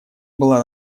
была